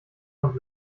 und